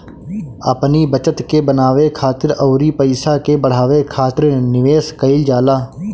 अपनी बचत के बनावे खातिर अउरी पईसा के बढ़ावे खातिर निवेश कईल जाला